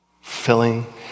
Filling